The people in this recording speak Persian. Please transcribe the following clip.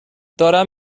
دارم